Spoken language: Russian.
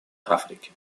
африки